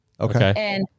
Okay